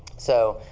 so